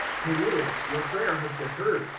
cornelius, your prayer has been heard,